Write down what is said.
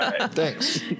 Thanks